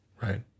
Right